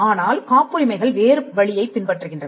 ஆனால் காப்புரிமைகள் வேறு வழியைப் பின்பற்றுகின்றன